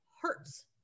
hurts